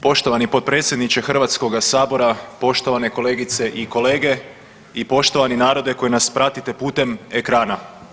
Poštovani potpredsjedniče Hrvatskoga sabora, poštovane kolegice i kolege i poštovani narode koji nas pratite putem ekrana.